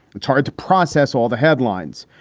it's hard to process all the headlines.